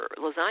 lasagna